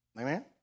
Amen